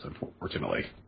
unfortunately